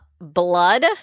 blood